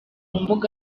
mbuga